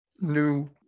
new